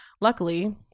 Luckily